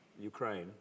Ukraine